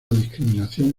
discriminación